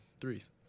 threes